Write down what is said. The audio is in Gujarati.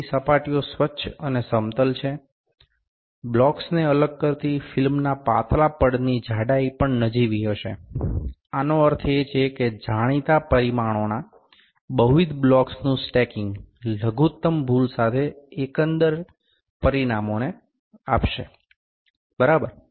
તેથી સપાટીઓ સ્વચ્છ અને સમતલ છે બ્લોક્સને અલગ કરતી ફિલ્મના પાતળા પડની જાડાઇ પણ નજીવી હશે આનો અર્થ એ છે કે જાણીતા પરિમાણોનાં બહુવિધ બ્લોક્સનું સ્ટેકીંગ લઘુત્તમ ભૂલ સાથે એકંદર પરિમાણોને આપશે બરાબર